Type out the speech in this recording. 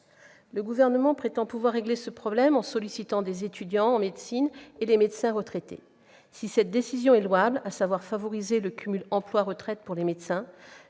Le Gouvernement prétend pouvoir régler ce problème en sollicitant les étudiants en médecine et les médecins retraités. Si la décision de favoriser le cumul emploi-retraite pour les médecins